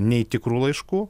nei tikrų laiškų